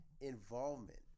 involvement